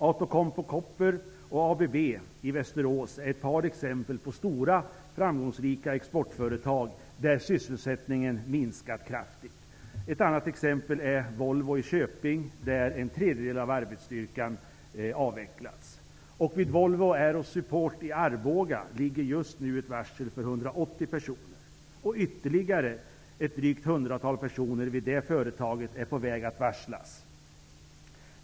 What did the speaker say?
Outokumpu Copper och ABB i Västerås är ett par exempel på stora framgångsrika exportföretag där sysselsättningen minskat kraftigt. Ett annat exempel är Volvo i Köping, där en tredjedel av arbetsstyrkan avvecklats. Vid Volvo Aero Support i Arboga ligger just nu ett varsel för 180 personer. Ytterligare drygt ett hundratal personer vid det företaget är på väg att varslas.